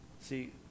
See